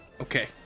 Okay